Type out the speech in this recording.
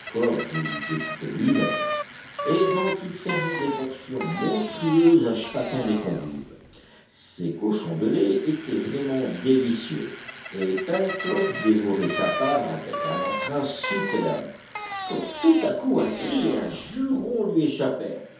voulut découper lui-même et dont il servit des portions monstrueuses à chacun des convives ces cochons de lait étaient vraiment délicieux et pencroff dévorait sa part avec un entrain superbe quand tout à coup un cri et un juron lui